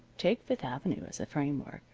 take fifth avenue as a framework,